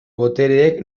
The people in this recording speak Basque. botereek